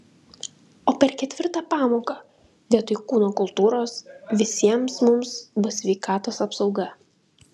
o per ketvirtą pamoką vietoj kūno kultūros visiems mums bus sveikatos apsauga